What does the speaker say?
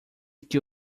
que